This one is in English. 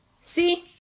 See